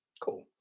Cool